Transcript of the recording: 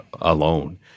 alone